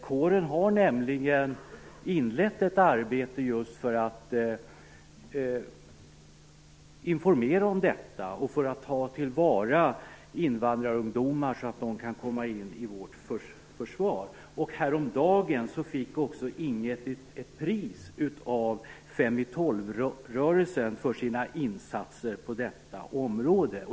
Kåren har nämligen inlett ett arbete just för att informera om detta och för att ta vara på invandrarungdomar så att dessa kan komma in i vårt försvar. Häromdagen fick Ing 1 pris av Fem i tolv-rörelsen för sina insatser på detta område.